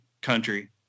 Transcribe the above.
country